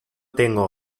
tengo